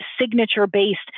signature-based